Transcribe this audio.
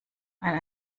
ein